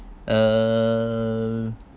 uh